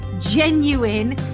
genuine